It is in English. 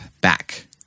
back